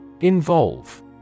Involve